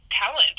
talent